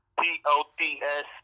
P-O-T-S